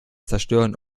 zerstören